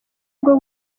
bwo